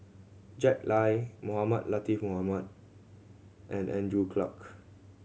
Jack Lai Mohamed Latiff Mohamed and Andrew Clarke